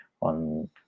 on